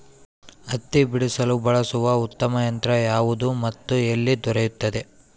ಹತ್ತಿ ಬಿಡಿಸಲು ಬಳಸುವ ಉತ್ತಮ ಯಂತ್ರ ಯಾವುದು ಮತ್ತು ಎಲ್ಲಿ ದೊರೆಯುತ್ತದೆ?